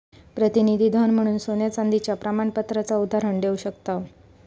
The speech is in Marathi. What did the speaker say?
प्रतिनिधी धन म्हणून सोन्या चांदीच्या प्रमाणपत्राचा उदाहरण देव शकताव